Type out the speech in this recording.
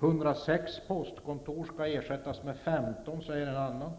106 postkontor skall ersättas med 15, står det i en annan.